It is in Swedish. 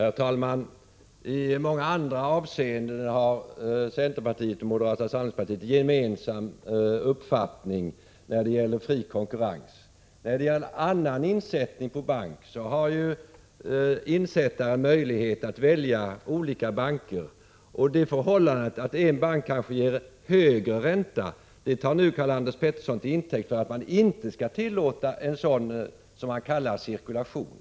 Herr talman! I många andra avseenden har centerpartiet och moderata samlingspartiet en gemensam uppfattning när det gäller fri konkurrens. När det gäller annan insättning på bank har insättaren möjlighet att välja mellan olika banker. Det förhållandet att en bank kanske ger högre ränta än andra tar Karl-Anders Petersson nu till intäkt för att man inte skall tillåta en sådan cirkulation.